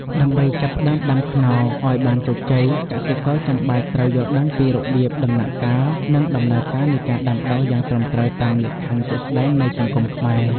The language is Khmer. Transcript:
ដើម្បីចាប់ផ្តើមដាំខ្នុរឲ្យបានជោគជ័យ កសិករចាំបាច់ត្រូវយល់ដឹងពីរបៀប ដំណាក់កាល និងដំណើរការនៃការដាំដុះយ៉ាងត្រឹមត្រូវតាមលក្ខខណ្ឌជាក់ស្តែងនៃសង្គមខ្មែរ។